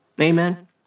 Amen